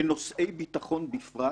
בנושאי קבלת ההחלטות,